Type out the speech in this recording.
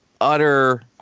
utter